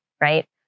right